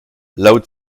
laut